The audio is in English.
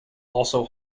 also